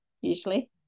usually